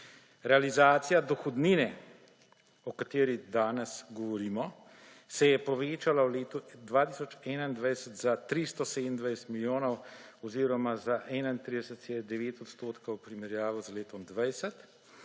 Realizacija dohodnine, o kateri danes govorimo, se je povečala v letu 2021 za 327 milijonov oziroma za 31,9 odstotka v primerjavi z letom 2020